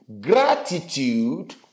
gratitude